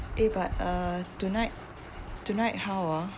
eh but uh tonight tonight how ah